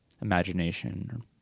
imagination